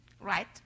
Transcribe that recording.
Right